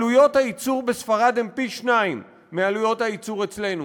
עלויות הייצור בספרד הן פי-שניים מעלויות הייצור אצלנו,